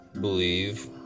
believe